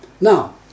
Now